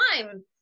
time